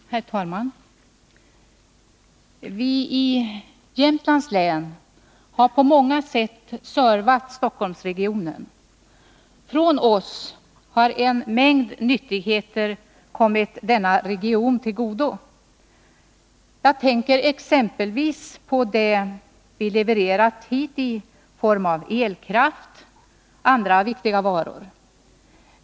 Herr talman! Vi i Jämtlands län har på många sätt servat Stockholmsregionen. Från oss har en mängd nyttigheter kommit denna region till godo. Jag tänker på det som vi har levererat hit i form av elkraft och andra viktiga varor.